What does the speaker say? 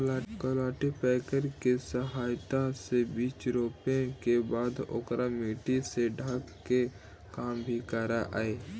cultipacker के सहायता से बीचा रोपे के बाद ओकरा मट्टी से ढके के काम भी करऽ हई